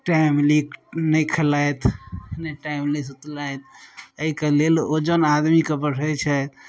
timely नै खेलैथ ने टाइमली सुतलथि अइके लेल वजन आदमीके बढय छै